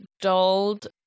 dulled